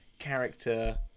character